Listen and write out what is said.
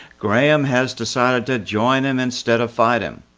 graham has decided to join him instead of fight him.